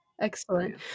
Excellent